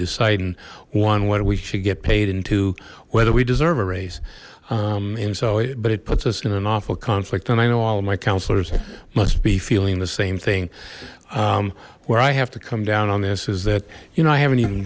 deciding one whether we should get paid into whether we deserve a raise and so it but it puts us in an awful conflict and i know all my counselors must be feeling the same thing where i have to come down on this is that you know i haven't even